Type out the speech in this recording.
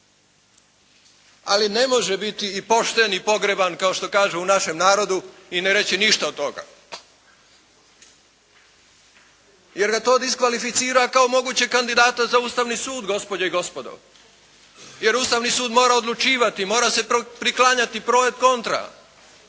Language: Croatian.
Ali ne može biti i pošten i pogreban kao što kažu u našem narodu i ne reći ništa od toga. Jer ga to diskvalificira kao mogućeg kandidata za Ustavni sud gospođe i gospodo. Jer Ustavni sud mora odlučivati, mora se priklanjati pro et contra.